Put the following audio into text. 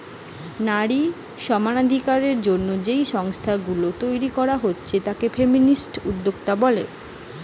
নারী সমানাধিকারের জন্যে যেই সংস্থা গুলা তইরি কোরা হচ্ছে তাকে ফেমিনিস্ট উদ্যোক্তা বলে